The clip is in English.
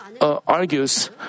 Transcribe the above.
argues